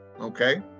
okay